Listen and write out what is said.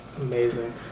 amazing